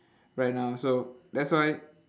right now so that's why